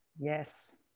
Yes